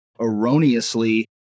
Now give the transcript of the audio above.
erroneously